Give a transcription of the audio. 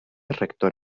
rector